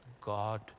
God